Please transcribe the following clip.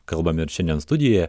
kalbame ir šiandien studijoje